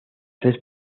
tres